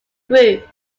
group